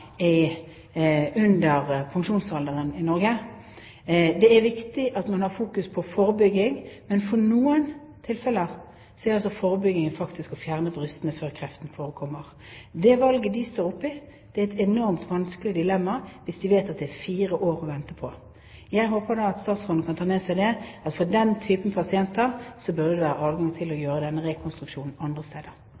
viktig at man har fokus på forebygging, men i noen tilfeller er forebygging faktisk å fjerne brystene før kreften forekommer. Det valget disse kvinnene står oppe i, er et enormt vanskelig dilemma hvis de vet at det er fire år å vente. Jeg håper at statsråden kan ta med seg dette, at for den typen pasienter burde det være adgang til å